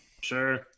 Sure